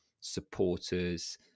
supporters